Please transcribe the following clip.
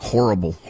Horrible